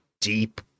deep